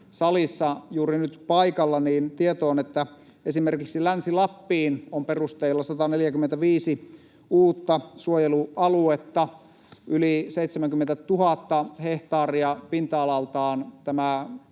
salissa juuri nyt paikalla —, että esimerkiksi Länsi-Lappiin on perusteilla 145 uutta suojelualuetta, yli 70 000 hehtaaria pinta-alaltaan. Tämä